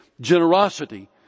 generosity